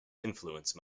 influence